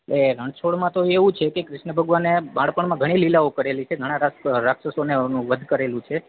એ રણછોડમાં તો એવું છે કે કૃષ્ણ ભગવાને બાણપણમાં ઘણી લીલાઓ કરેલી છે ઘણા રાક રાક્ષસોને નું વધ કરેલું છે